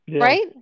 Right